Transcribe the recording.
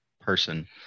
person